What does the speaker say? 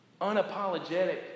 unapologetic